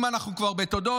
אם אנחנו כבר בתודות,